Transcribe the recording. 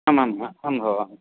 आम् आम् आम् भोः